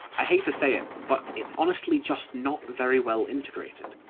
i hate to say it, but it's honestly just not very well integrated.